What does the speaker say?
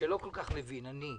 שלא כל כך מבין, אני.